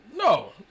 No